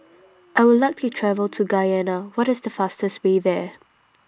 I Would like to travel to Guyana What IS The fastest Way There